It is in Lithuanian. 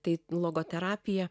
tai logoterapija